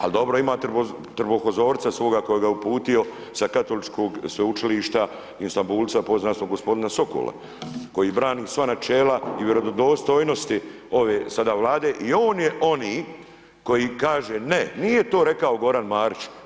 Ali dobro ima trbohozorca svoga kojega je uputio sa Katoličkog sveučilišta, Istanbulca poznatog gospodina Sokola koji brani sva načela i vjerodostojnosti ove sada Vlade i on je onaj koji kaže ne, nije to rekao Goran Marić.